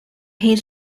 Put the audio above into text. his